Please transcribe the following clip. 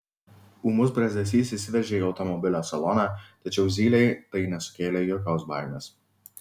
ūmus brazdesys įsiveržė į automobilio saloną tačiau zylei tai nesukėlė jokios baimės